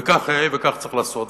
וכך יאה וכך צריך לעשות,